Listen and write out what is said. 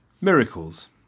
miracles